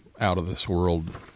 out-of-this-world